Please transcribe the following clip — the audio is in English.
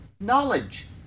knowledge